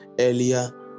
earlier